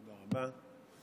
תודה רבה.